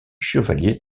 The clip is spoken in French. chevalier